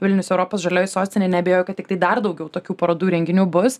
vilnius europos žalioji sostinė neabejoju kad tiktai dar daugiau tokių parodų ir renginių bus